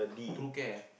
two care